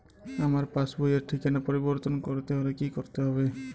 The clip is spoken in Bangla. আমার পাসবই র ঠিকানা পরিবর্তন করতে হলে কী করতে হবে?